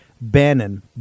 Bannon